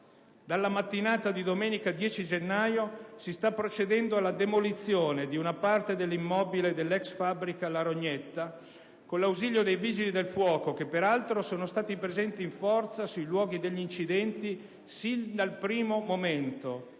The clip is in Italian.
Dalla mattinata di domenica 10 gennaio si sta procedendo alla demolizione di una parte dell'immobile dell'ex fabbrica Rognetta con l'ausilio dei Vigili del fuoco, che peraltro sono stati presenti in forza sui luoghi degli incidenti sin dal primo momento